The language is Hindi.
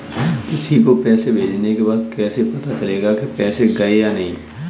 किसी को पैसे भेजने के बाद कैसे पता चलेगा कि पैसे गए या नहीं?